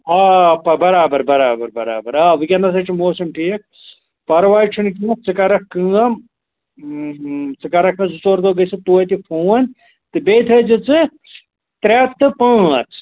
آ برابر برابر برابر آ ؤنکیٚنَس ہَے چھُ موسَم ٹھیٖک پَرواے چھُنہٕ کیٚنٛہہ ژٕ کرَکھ کٲم ژٕ کرَکھ مےٚ زٕ ژور دۄہ گٔژھِتھ توتہِ فون تہٕ بیٚیہِ تھٲوزِ ژٕ تٛےٚ ہَتھ تہٕ پٲںژٛھ